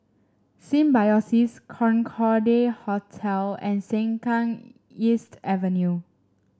Symbiosis Concorde Hotel and Sengkang East Avenue